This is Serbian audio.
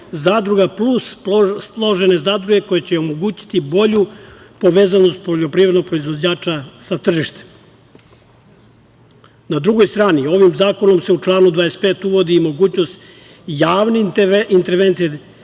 plus raspoložive zadruge koje će omogućiti bolju povezanost poljoprivrednog proizvođača sa tržištem. Na drugoj strani, ovim zakonom se u članu 25. uvodi mogućnost javne intervencije